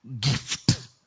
gift